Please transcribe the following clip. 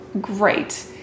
Great